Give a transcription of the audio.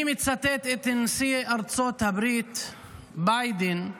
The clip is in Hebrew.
אני מצטט את נשיא ארצות הברית ביידן,